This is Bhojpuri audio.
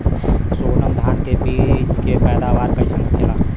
सोनम धान के बिज के पैदावार कइसन होखेला?